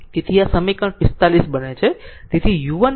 તેથી આ સમીકરણ 45 બને છે તેથી ut 1 છે